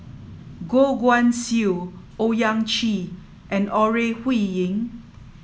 Goh Guan Siew Owyang Chi and Ore Huiying